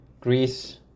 Greece